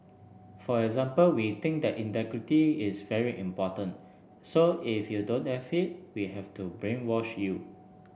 for example we think that integrity is very important so if you don't have it we have to brainwash you